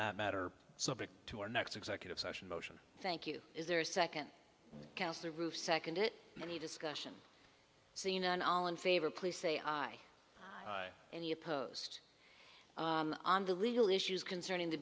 that matter subject to our next executive session motion thank you is there a second counts the roof second it any discussion seen on all in favor please say i and your post on the legal issues concerning the